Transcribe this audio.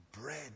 bread